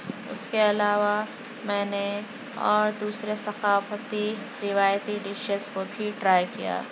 اُس کے علاوہ میں نے اور دوسرے ثقافتی روایتی ڈشز کو بھی ٹرائی کیا